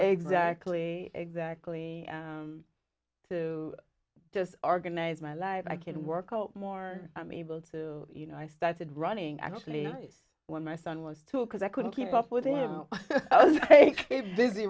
exactly exactly to just organize my life i can work more i'm able to you know i started running actually when my son was two a because i couldn't keep up with him busy